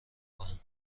کنم